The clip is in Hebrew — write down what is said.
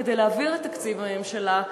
כדי להעביר את תקציב הממשלה,